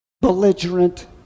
belligerent